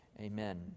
Amen